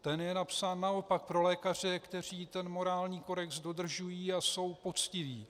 Ten je napsán naopak pro lékaře, kteří ten morální kodex dodržují a jsou poctiví.